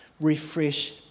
refresh